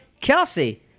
Kelsey